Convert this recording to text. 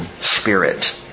spirit